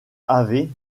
havet